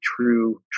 true